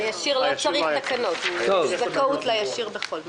הישיר לא צריך תקנות, יש זכאות לישיר בכל מקרה.